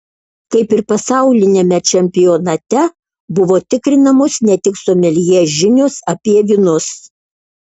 kaip ir pasauliniame čempionate buvo tikrinamos ne tik someljė žinios apie vynus